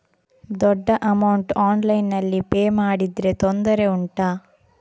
ದೊಡ್ಡ ಅಮೌಂಟ್ ಆನ್ಲೈನ್ನಲ್ಲಿ ಪೇ ಮಾಡಿದ್ರೆ ತೊಂದರೆ ಉಂಟಾ?